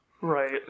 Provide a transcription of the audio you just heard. right